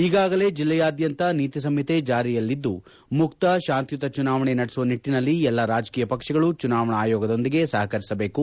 ಈಗಾಗಲೇ ಜಿಲ್ಲೆಯಾದ್ಧಂತ ನೀತಿ ಸಂಹಿತೆ ಜಾರಿಯಲ್ಲಿದ್ದು ಮುಕ್ತ ಶಾಂತಿಯುತ ಚುನಾವಣೆ ನಡೆಸುವ ನಿಟ್ಟನಲ್ಲಿ ಎಲ್ಲಾ ರಾಜಕೀಯ ಪಕ್ಷಗಳು ಚುನಾವಣಾ ಆಯೋಗದೊಂದಿಗೆ ಸಹಕರಿಸಬೇಕು